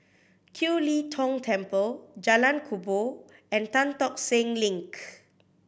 Kiew Lee Tong Temple Jalan Kubor and Tan Tock Seng Link